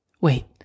Wait